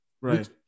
right